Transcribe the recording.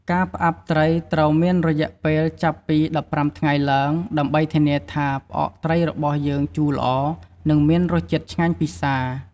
ការផ្អាប់ត្រីត្រូវមានរយៈពេលចាប់ពី១៥ថ្ងៃឡើង ដើម្បីធានាថា ផ្អកត្រីរបស់យើងជូរល្អ និងមានរសជាតិឆ្ងាញ់ពិសា។